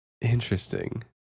interesting